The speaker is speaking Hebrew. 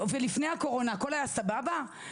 ולפני הקורונה הכל היה סבבה?